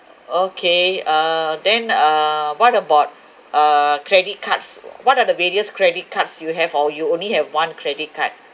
okay uh then uh what about uh credit cards what are the various credit cards you have or you only have one credit card